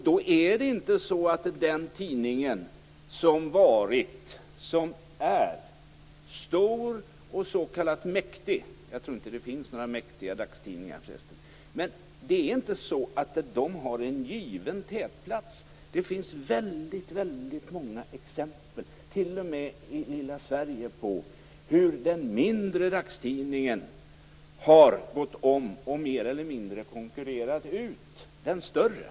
Då är det inte så att den tidning som har varit och som är stor och s.k. mäktig - jag tror förresten inte att det finns några mäktiga dagstidningar - har en given tätplats. Det finns väldigt många exempel, t.o.m. i lilla Sverige, på hur den mindre dagstidningen har gått om och mer eller mindre konkurrerat ut den större.